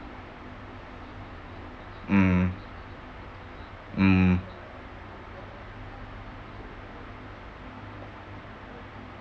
mm mm